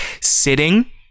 sitting